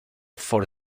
for